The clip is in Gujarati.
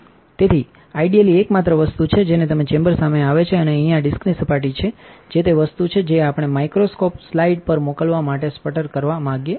તેથી ieldાલમાં એકમાત્ર વસ્તુ છે જેની ચેમ્બર સામે આવે છે તે અહીં આ ડિસ્કની સપાટી છે જે તે વસ્તુ છે જે આપણે માઇક્રોસ્કોપ સ્લાઇડ પર મોકલવા માટે સ્પટર કરવા માંગીએ છીએ